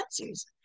answers